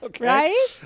Right